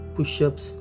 Push-ups